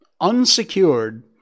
unsecured